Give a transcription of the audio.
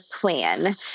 plan